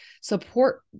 support